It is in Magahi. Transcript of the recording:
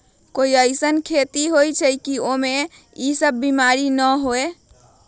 कोई अईसन खेती होला की वो में ई सब बीमारी न होखे?